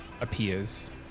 appears